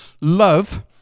love